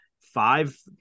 five